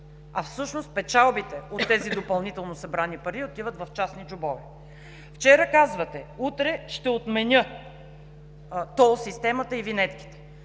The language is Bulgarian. а всъщност печалбите от тези допълнително събрани пари отиват в частни джобове. Вчера казвате: „Утре ще отменя тол системата и винетките.“